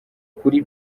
kuri